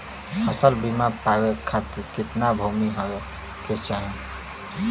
फ़सल बीमा पावे खाती कितना भूमि होवे के चाही?